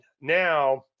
now